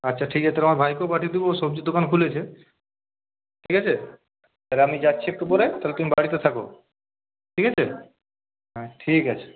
আচ্ছা ঠিক আছে তাহলে আমার ভাইকেও পাঠিয়ে দেবো ও সবজির দোকান খুলেছে ঠিক আছে তাহলে আমি যাচ্ছি একটু পরে তাহলে তুমি বাড়িতে থাকো ঠিক আছে হ্যাঁ ঠিক আছে